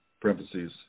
parentheses